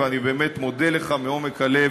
ואני באמת מודה לך מעומק הלב,